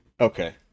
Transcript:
Okay